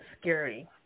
scary